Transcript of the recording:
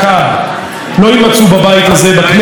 לא יימצאו בבית הזה בכנסת הבאה,